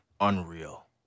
unreal